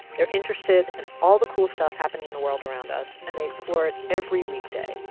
they're interested in all the cool stuff happening in the world around us. and they explore it every weekday,